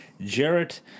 Jarrett